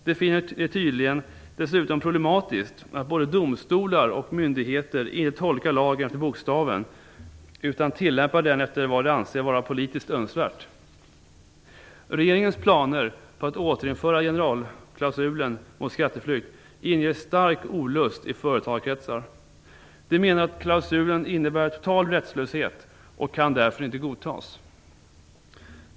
De finner det tydligen dessutom problematiskt att både domstolar och myndigheter inte tolkar lagen efter bokstaven utan tillämpar den efter vad de anser vara politiskt önskvärt. Regeringens planer på att återinföra generalklausulen mot skatteflykt inger stark olust i företagarkretsar. De menar att klausulen innebär total rättslöshet och därför inte kan godtas.